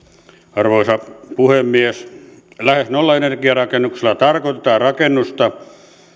arvoisa puhemies lähes nollaenergiarakennuksella tarkoitetaan rakennusta